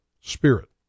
spirit